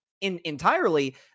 entirely